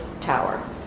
Tower